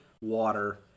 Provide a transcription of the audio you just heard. water